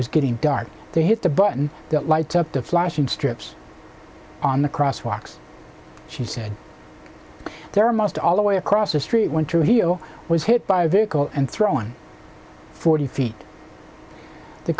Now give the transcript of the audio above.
was getting dark they hit the button that lights up the flashing strips on the cross walks she said there most all the way across the street when trujillo was hit by a vehicle and thrown forty feet the